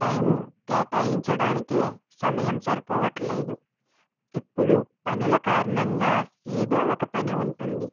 time కేటాయించడానికి సమయం సరిపోవట్లేదు ఎప్పుడు పనుల కారణంగా ఏదో ఒక పని ఉంటుంది